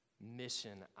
mission